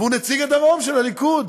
והוא נציג הדרום של הליכוד.